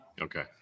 Okay